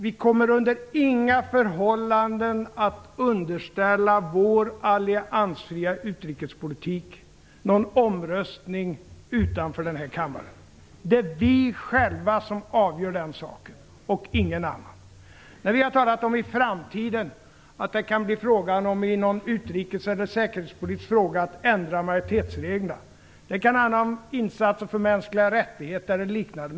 Vi kommer under inga förhållanden att låta vår alliansfria utrikespolitik underställas någon omröstning utanför den här kammaren. Det är vi själva som avgör den saken och ingen annan. Vi har talat om att det i framtiden kan bli frågan om att ändra majoritetsreglerna i någon utrikes eller säkerhetspolitisk fråga. Det kan handla om insatser för mänskliga rättigheter eller liknande.